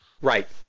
Right